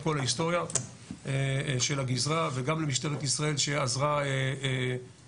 כל ההיסטוריה של הגזרה וגם למשטרת ישראל שעזרה בפינוי,